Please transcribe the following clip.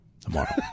Tomorrow